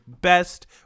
best